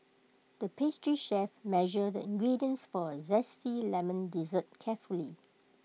the pastry chef measured the ingredients for A Zesty Lemon Dessert carefully